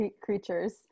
creatures